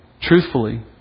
truthfully